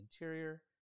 interior